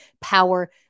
power